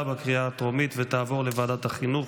2022, לוועדת החינוך,